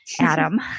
Adam